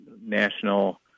national